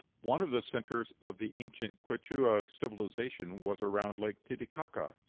one of the centres of the ancient quichua civilization was around lake titicaca.